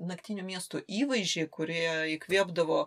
naktinių miestų įvaizdžiai kurie įkvėpdavo